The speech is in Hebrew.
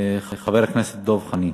חבר הכנסת דב חנין.